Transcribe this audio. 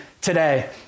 today